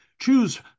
Choose